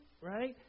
Right